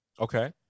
okay